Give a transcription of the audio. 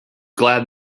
glad